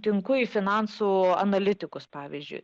tinku į finansų analitikus pavyzdžiui